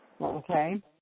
Okay